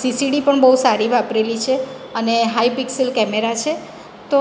CCD પણ બહુ સારી વાપરેલી છે અને હાઈ પીક્સલ કેમેરા છે તો